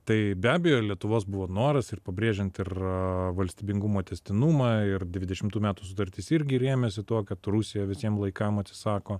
tai be abejo lietuvos buvo noras ir pabrėžiant ir valstybingumo tęstinumą ir dvidešimtų metų sutartis irgi rėmėsi tuo kad rusija visiem laikam atsisako